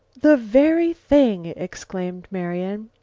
the very thing! exclaimed marian.